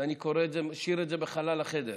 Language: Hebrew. ואני משאיר את זה בחלל החדר,